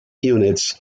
units